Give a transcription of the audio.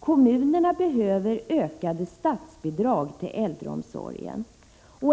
Kommunerna behöver ökade statsbidrag till äldreomsorgen.